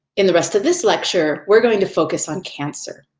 in the rest of this lecture, we're going to focus on cancer.